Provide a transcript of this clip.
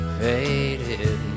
faded